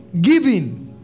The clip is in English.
giving